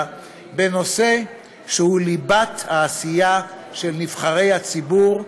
בנושא שהוא ליבת העשייה של נבחרי הציבור,